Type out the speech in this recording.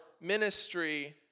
ministry